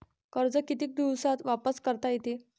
कर्ज कितीक दिवसात वापस करता येते?